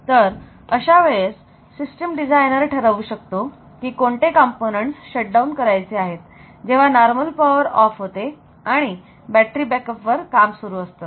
तर अशा वेळेस सिस्टीम डिझाईनर ठरवू शकतो की कोणते कंपोनेंट्स शट डाऊन करायचे आहेत जेव्हा नॉर्मल पावर ऑफ होते आणि बॅटरी बॅकअप वर काम सुरू असतं